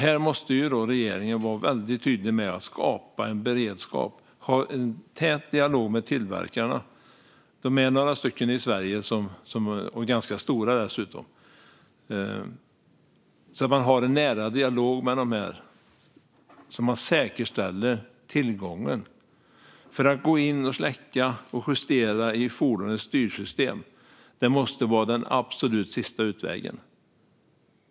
Här måste regeringen vara väldigt tydlig med att skapa en beredskap och ha en nära och tät dialog med tillverkarna så att man säkerställer tillgången. De är några stycken i Sverige, ganska stora dessutom. Att gå in och släcka och justera i fordonens styrsystem måste vara den absolut sista utvägen.